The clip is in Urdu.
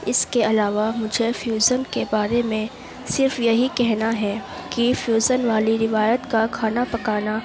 اس کے علاوہ مجھے فیوزن کے بارے صرف یہی کہنا ہے کہ فیوزن والی روایت کا کھانا پکانا